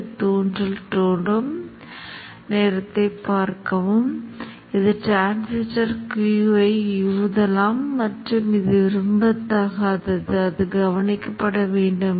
காந்தமாக்கும் பகுதியாக இருக்கும் ஒரு சிறிய முக்கோண இடைவெளியை இங்கு விடுவது போல இது அதிகமாகவோ அல்லது குறைவாகவோ வருவதை நீங்கள் பார்க்கலாம்